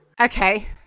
Okay